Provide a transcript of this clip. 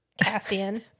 Cassian